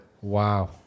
Wow